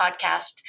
podcast